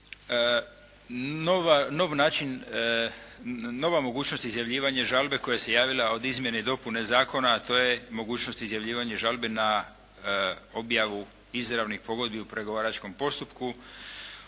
Nov način, nova mogućnost izjavljivanja žalbe koja se javila od izmjene i dopune zakona, a to je mogućnost izjavljivanja žalbe na objavu izravnih pogodbi u pregovaračkom postupku.